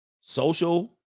Social